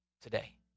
today